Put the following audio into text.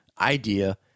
idea